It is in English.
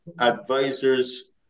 advisors